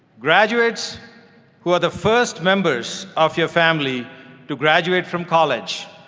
graduates who are the first members of you family to graduate from college,